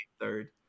third